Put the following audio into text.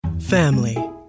family